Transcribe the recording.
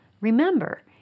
remember